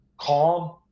calm